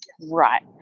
Right